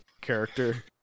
character